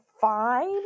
fine